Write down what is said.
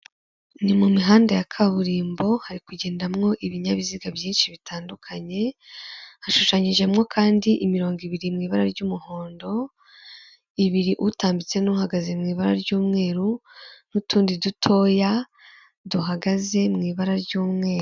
Icyumba cyagenewe gukorerwamo inama, giteguyemo intebe ndetse n'ameza akorerwaho inama, cyahuriwemo n'abantu benshi baturuka mu bihugu bitandukanye biganjemo abanyafurika ndetse n'abazungu, aho bari kuganira ku bintu bitandukanye byabahurije muri iyi nama barimo.